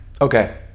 Okay